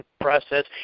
process